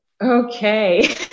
Okay